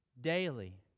Daily